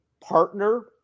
partner